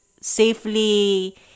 safely